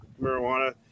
marijuana